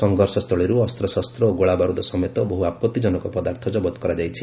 ସଂଘର୍ଷସ୍ଥଳୀରୁ ଅସ୍ତ୍ରଶସ୍ତ ଓ ଗୋଳାବାରୁଦ ସମେତ ବହୁ ଆପଭିଜନକ ପଦାର୍ଥ ଜବତ କରାଯାଇଛି